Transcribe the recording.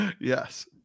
Yes